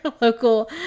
local